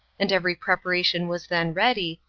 and every preparation was then ready,